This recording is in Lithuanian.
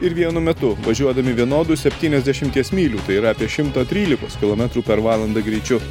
ir vienu metu važiuodami vienodu septyniasdešimties mylių tai yra apie šimto trylikos kilometrų per valandą greičiu